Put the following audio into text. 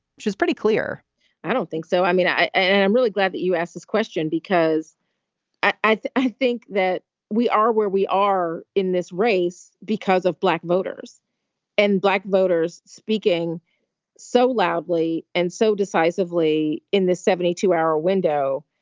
she's pretty clear i don't think so. i mean, and i'm really glad that you ask this question, because i i think that we are where we are in this race because of black voters and black voters speaking so loudly and so decisively in this seventy two hour window.